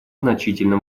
значительно